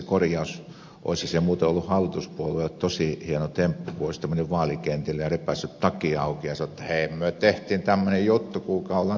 olisihan se muuten ollut hallituspuolueille tosi hieno temppu kun olisitte menneet vaalikentille ja repäisseet takin auki ja sanoneet että hei myö tehtiin tämmöinen juttu kuulkaa ollaan työttömien ystäviä